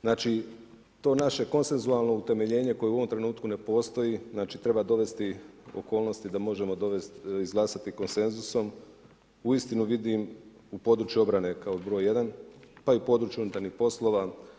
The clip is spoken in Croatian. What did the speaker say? Znači to naše konsenzualno utemeljenje koje u ovom trenutku ne postoji, znači treba dovesti okolnosti, da možemo dovesti, izglasati konsenzusom, uistinu vidim u području obrane br. 1 pa i u području unutarnjih poslova.